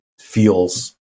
feels